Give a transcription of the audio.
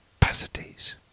capacities